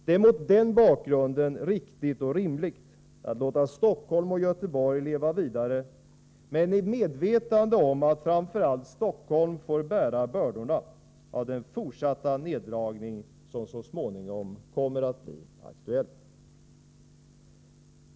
Det är mot den bakgrunden riktigt och rimligt att låta Stockholm och Göteborg leva vidare men i medvetande om att framför allt Stockholm får bära bördorna av den fortsatta neddragning som så småningom kommer att bli aktuell.